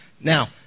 Now